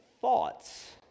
thoughts